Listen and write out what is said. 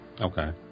okay